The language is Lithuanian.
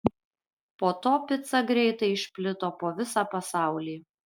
po to pica greitai išplito po visą pasaulį